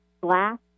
glass